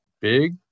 big